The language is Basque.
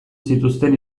zituzten